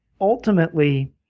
ultimately